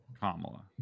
Kamala